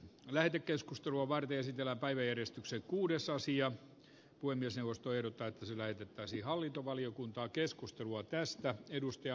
lähetekeskustelua varten esitellä päiväjärjestyksen kuudessa asia kuin myös neuvosto ehdottaa että sen äiti pääsi hallintovaliokuntaa arvoisa herra puhemies